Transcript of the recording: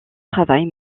travail